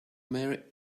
marry